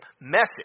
message